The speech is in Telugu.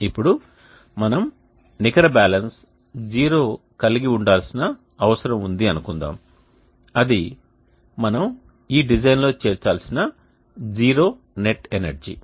ఇప్పుడు మనం నికర బ్యాలెన్స్ 0 కలిగి ఉండాల్సిన అవసరం ఉందని అనుకుందాం అది మనం ఈ డిజైన్లో చేర్చాల్సిన జీరో నెట్ ఎనర్జీ